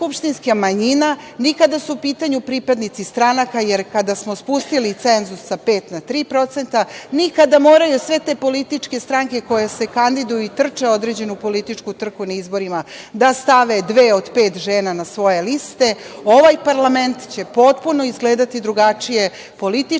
skupštinska manjina, ni kada su u pitanju pripadnici stranka, jer kada smo spustili cenzus sa 5% na 3%, ni kada moraju sve te političke stranke koje se kandiduju i trče određenu političku trku na izborima, da stave dve od pet žena na svoje liste, ovaj parlament će potpuno izgledati drugačije, politička